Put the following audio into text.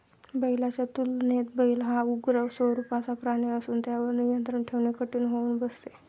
बैलाच्या तुलनेत बैल हा उग्र स्वरूपाचा प्राणी असून त्यावर नियंत्रण ठेवणे कठीण होऊन बसते